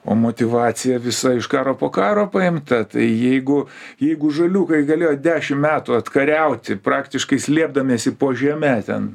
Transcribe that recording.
o motyvacija visa iš karo po karo paimta tai jeigu jeigu žaliukai galėjo dešim metų atkariauti praktiškai slėpdamiesi po žeme ten